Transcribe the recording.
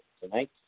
tonight